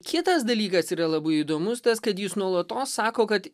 kitas dalykas yra labai įdomus tas kad jis nuolatos sako kad